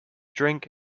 drink